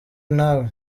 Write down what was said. nawe